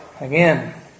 again